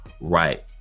right